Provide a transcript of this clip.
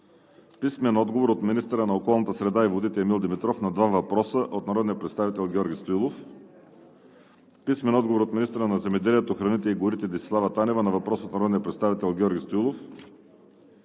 Тасков; – министъра на околната среда и водите Емил Димитров на два въпроса от народния представител Георги Стоилов; – министъра на земеделието, храните и горите Десислава Танева на въпрос от народния представител Георги Стоилов;